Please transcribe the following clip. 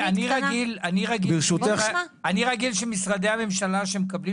אני רגיל שמשרדי הממשלה שמקבלים